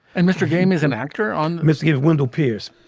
and mr. game is an actor on mrs. wendell pierce.